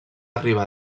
arribar